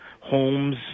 homes